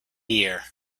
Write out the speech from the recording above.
year